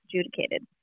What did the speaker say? adjudicated